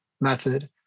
method